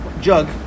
jug